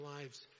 lives